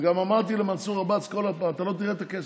וגם אמרתי למנסור עבאס: אתה לא תראה את הכסף.